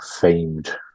famed